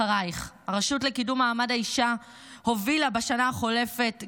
אחרייך! שהרשות לקידום מעמד האישה הובילה בשנה החולפת,